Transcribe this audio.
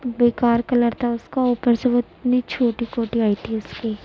بے کار کلر تھا اس کا اوپر سے وہ اتنی چھوٹی کوٹی آئی تھی اس کی